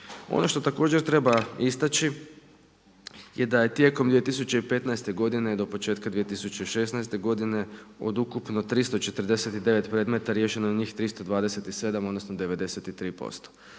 Ono što također treba istaći je da je tijekom 2015. godine do početka 2016. godine od ukupno 349 predmeta riješeno njih 327 odnosno 93%.